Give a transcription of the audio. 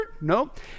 Nope